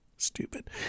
Stupid